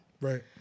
Right